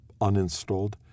uninstalled